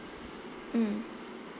mm